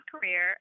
career